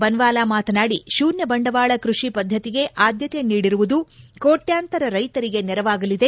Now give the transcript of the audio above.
ಬನವಾಲಾ ಮಾತನಾಡಿ ತೂನ್ನ ಬಂಡವಾಳ ಕೃಷಿ ಪಧ್ಯತಿಗೆ ಆದ್ನತೆ ನೀಡಿರುವುದು ಕೋಟ್ನಂತರ ರೈತರಿಗೆ ನೆರವಾಗಲಿದೆ